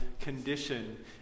condition